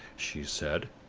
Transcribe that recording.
she said,